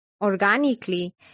organically